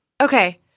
Okay